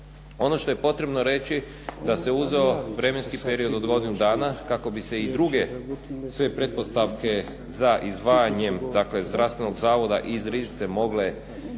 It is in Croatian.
Ono što je potrebno reći da se uzeo vremenski period od godinu dana kako bi se i druge sve pretpostavke za izdvajanjem, dakle Zdravstvenog zavoda iz Riznice mogle ostvariti,